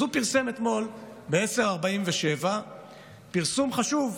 אז הוא פרסם אתמול ב-10:47 פרסום חשוב: